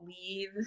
leave